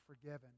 forgiven